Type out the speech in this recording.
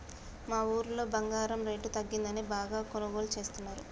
మా ఊరోళ్ళు బంగారం రేటు తగ్గిందని బాగా కొనుగోలు చేస్తున్నరు